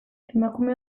emakume